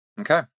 Okay